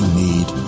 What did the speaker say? need